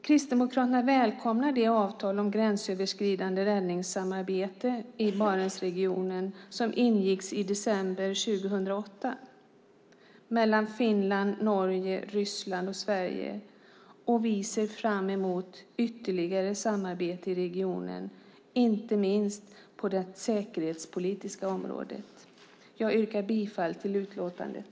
Kristdemokraterna välkomnar det avtal om gränsöverskridande räddningssamarbete i Barentsregionen som ingicks i december 2008 mellan Finland, Norge, Ryssland och Sverige. Vi ser fram emot ytterligare samarbete i regionen, inte minst på det säkerhetspolitiska området. Jag yrkar bifall till förslaget i utlåtandet.